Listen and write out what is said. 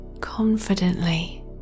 confidently